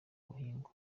buhingwa